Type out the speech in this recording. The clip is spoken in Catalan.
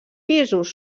pisos